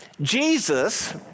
Jesus